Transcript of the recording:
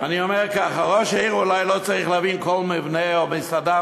אני אומר ככה: ראש העיר אולי לא צריך להבין כל מבנה או מסעדה,